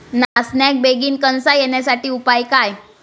नाचण्याक बेगीन कणसा येण्यासाठी उपाय काय?